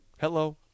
hello